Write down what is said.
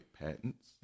patents